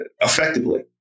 effectively